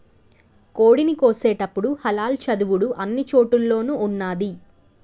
కోడిని కోసేటపుడు హలాల్ చదువుడు అన్ని చోటుల్లోనూ ఉన్నాది